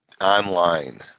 online